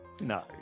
No